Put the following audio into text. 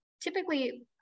typically